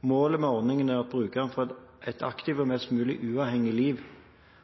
Målet med ordningen er at brukeren får et aktivt og mest mulig uavhengig liv.